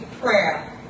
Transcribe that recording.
prayer